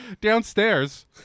downstairs